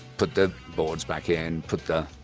put the boards back in, put the